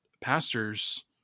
pastors